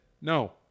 no